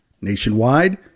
Nationwide